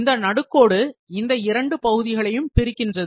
இந்த நடுக்கோடு இந்த இரண்டு பகுதிகளையும் பிரிக்கின்றது